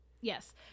Yes